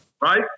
Right